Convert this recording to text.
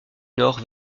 nord